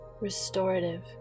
restorative